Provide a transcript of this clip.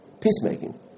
peacemaking